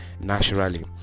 naturally